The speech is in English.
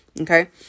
Okay